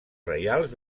reials